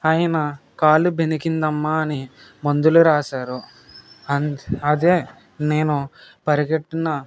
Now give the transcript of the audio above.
ఆయన కాలు బెనికిందమ్మా అని మందులు రాశారు అం అదే నేను పరిగటన